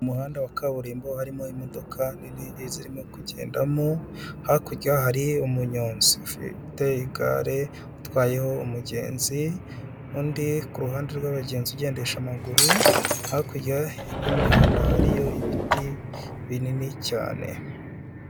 Umuhanda wa kaburimbo harimo imodoka nini zirimo kugendamo, hakurya hari umunyonzi ufite igare, utwayeho umugenzi, undi ku ruhande rw'abagenzi ugendesha amaguru, hakurya y'umuhanda hariyo ibiti binini cyane.